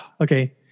okay